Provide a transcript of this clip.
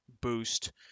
boost